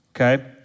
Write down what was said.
Okay